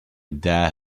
dare